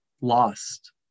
lost